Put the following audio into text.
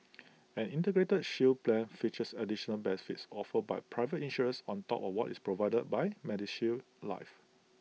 an integrated shield plan features additional benefits offered by private insurers on top of what is provided by medishield life